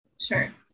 Sure